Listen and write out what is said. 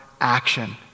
action